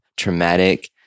Traumatic